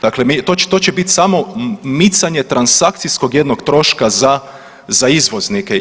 Dakle, mi, to će bit samo micanje transakcijskog jednog troška za, za izvoznike.